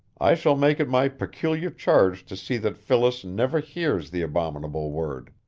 i shall make it my peculiar charge to see that phyllis never hears the abominable word.